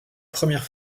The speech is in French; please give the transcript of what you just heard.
première